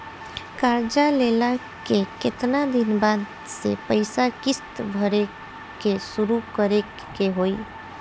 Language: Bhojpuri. कर्जा लेला के केतना दिन बाद से पैसा किश्त भरे के शुरू करे के होई?